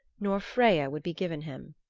nor freya would be given him.